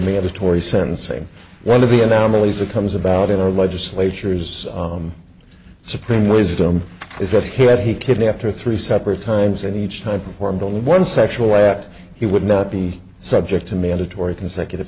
the tory sentencing one of the anomaly that comes about in our legislatures supreme wisdom is that had he kidnapped her three separate times and each time performed only one sexual act he would not be subject to military consecutive